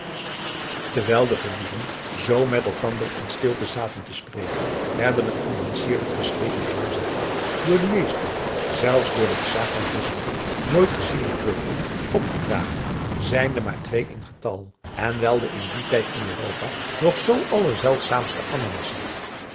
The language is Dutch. terwijl de gelieven zoo met elkander in stilte zaten te spreken werden er in een sierlijk geslepen glazen vat door de meesten zelfs door den czaar van rusland nooit geziene vruchten op gedragen zijnde maar twee in getal en wel de in dien tijd in europa nog zoo aller zeldzaamdste ananassen